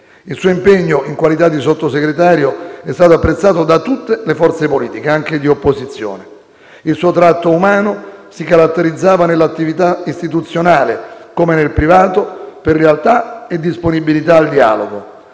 Il suo impegno in qualità di Sottosegretario è stato apprezzato da tutte le forze politiche, anche di opposizione. Il suo tratto umano si caratterizzava nell'attività istituzionale, come nel privato, per lealtà e disponibilità al dialogo.